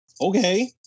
okay